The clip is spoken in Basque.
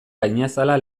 gainazala